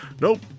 Nope